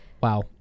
Wow